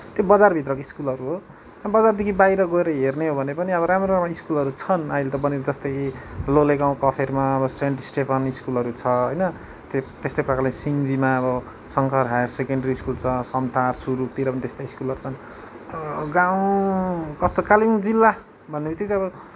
त्यो बजारभित्रको स्कुलहरू हो बजारदेखि बाहिर गएर हेर्ने हो भने पनि अब राम्रो राम्रो स्कुलहरू छन् अहिले त बनेको जस्तै लोलेगाउँ कफेरमा अब सेन्ट स्टेफेन स्कुलहरू छ होइन त्यस्तै प्रकारले सिङ्ग्जीमा अब शङ्कर हायर सेकेन्ड्री स्कुल छ सम्थार सुरुकतिर पनि त्यस्तै स्कुलहरू छन् गाउँ कस्तो कालिम्पोङ जिल्ला भन्ने बित्तिकै चाहिँ अब